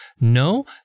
No